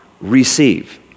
receive